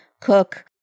cook